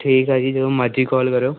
ਠੀਕ ਆ ਜੀ ਜਦੋਂ ਮਰਜੀ ਕਾਲ ਕਰਿਓ